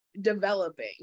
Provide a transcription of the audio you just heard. developing